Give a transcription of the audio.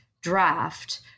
draft